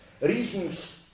reasons